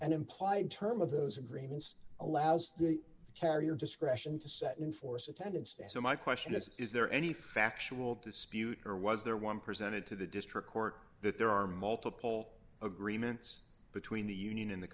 an implied term of those agreements allows the carrier discretion to set in force attendance and so my question is is there any factual dispute or was there one presented to the district court that there are multiple agreements between the union and the